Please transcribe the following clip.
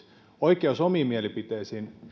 oikeus omiin mielipiteisiin